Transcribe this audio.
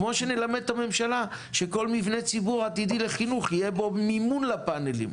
כמו שנלמד את הממשלה שבכל מבנה ציבור עתידי לחינוך יהיה מימון לפאנלים.